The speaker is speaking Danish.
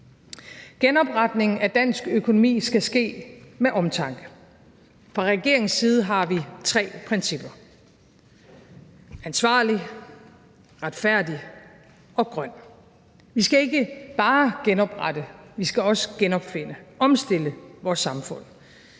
Genopretningen af dansk økonomi skal ske med omtanke. Fra regeringens side har vi tre principper: et ansvarligt, et retfærdigt og et grønt. Vi skal ikke bare genoprette, vi skal også genopfinde, omstille vores samfund.